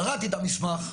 קראתי את המסמך,